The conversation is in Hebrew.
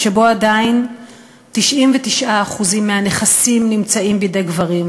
שבו עדיין 99% מהנכסים נמצאים בידי הגברים,